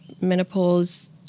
menopause